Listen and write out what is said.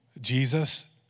Jesus